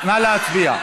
נא להצביע.